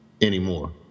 anymore